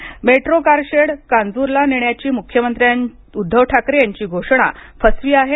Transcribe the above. metro car shed कांजूरला नेण्याची मुख्यमंत्री उद्धव ठाकरे यांची घोषणा फसवी आहे